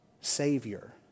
savior